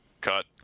cut